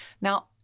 Now